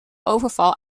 overval